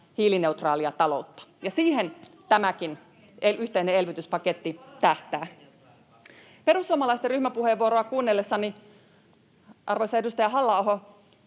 hiilineutraalia taloutta, ja siihen tämäkin yhteinen elvytyspaketti tähtää. Perussuomalaisten ryhmäpuheenvuoroa kuunnellessani, arvoisa edustaja Halla-aho,